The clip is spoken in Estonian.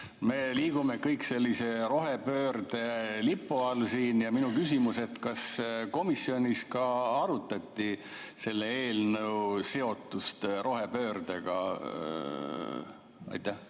liigume siin sellise rohepöörde lipu all ja minu küsimus [on]: kas komisjonis ka arutati selle eelnõu seotust rohepöördega? Hea